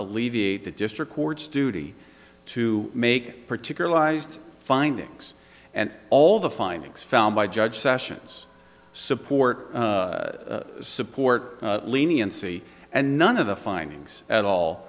alleviate the district court's duty to make particular lies its findings and all the findings found by judge sessions support support leniency and none of the findings at all